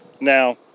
Now